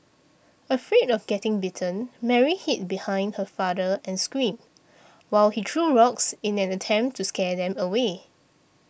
afraid of getting bitten Mary hid behind her father and screamed while he threw rocks in an attempt to scare them away